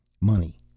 Money